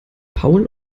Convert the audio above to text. paul